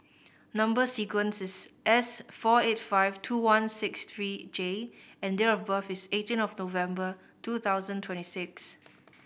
number sequence is S four eight five two one six three J and date of birth is eighteen of November two thousand twenty six